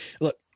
Look